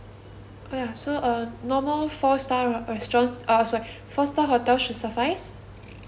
oh ya so uh normal four star restaurants uh sorry four star hotel should suffice